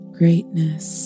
greatness